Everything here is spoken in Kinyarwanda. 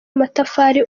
amatafari